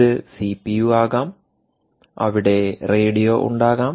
ഇത് സിപിയു ആകാം അവിടെ റേഡിയോ ഉണ്ടാകാം